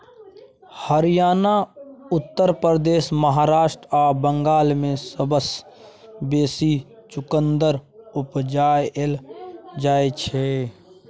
हरियाणा, उत्तर प्रदेश, महाराष्ट्र आ बंगाल मे सबसँ बेसी चुकंदर उपजाएल जाइ छै